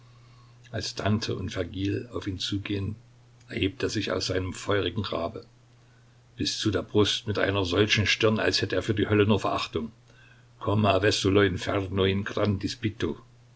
als dante und vergil auf ihn zugehen erhebt er sich aus seinem feurigen grabe bis zu der brust mit einer solchen stirn als hätt er für die hölle nur verachtung